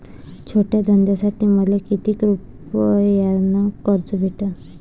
छोट्या धंद्यासाठी मले कितीक रुपयानं कर्ज भेटन?